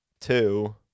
two